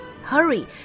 Hurry